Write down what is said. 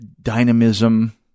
dynamism